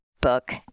book